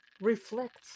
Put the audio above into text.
reflect